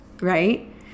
right